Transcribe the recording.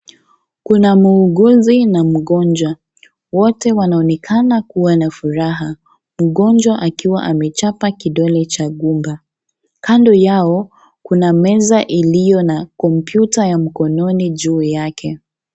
Kuna muuguzi na mgonjwa, wote wanaonekana kuwa na furaha, mgonjwa akiwa amechapa kidole cha gunga, kando yao, kuna meza iliyo na kompyuta ya mkononi juu yake.